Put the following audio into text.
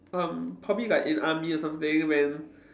um probably like in army or something when